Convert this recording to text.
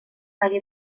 hagué